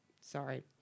sorry